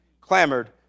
clamored